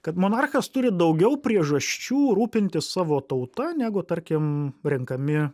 kad monarchas turi daugiau priežasčių rūpintis savo tauta negu tarkim renkami